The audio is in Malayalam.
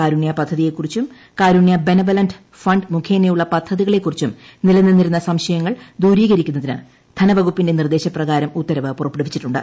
കാരുണ്യ പദ്ധതിയെക്കുറിച്ചും കാരുണ്യ ബനവലന്റ് ഫണ്ട് മുഖേനയുള്ള പദ്ധതികളെക്കുറിച്ചും നിലനിന്നിരുന്ന സംശയങ്ങൾ ദുരീകരിക്കുന്നതിന് ധനവകുപ്പിന്റെ നിർദേശപ്രകാരം ഉത്തരവ് പുറപ്പെടുവിച്ചിട്ടുണ്ട്